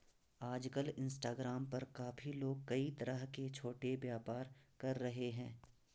आजकल इंस्टाग्राम पर काफी लोग कई तरह के छोटे व्यापार कर रहे हैं